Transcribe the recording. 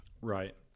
Right